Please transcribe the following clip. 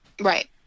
Right